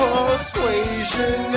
Persuasion